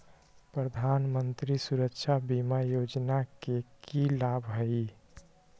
प्रधानमंत्री सुरक्षा बीमा योजना के की लाभ हई?